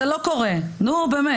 זה לא קורה, נו באמת.